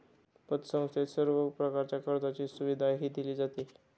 पतसंस्थेत सर्व प्रकारच्या कर्जाची सुविधाही दिली जाते